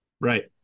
Right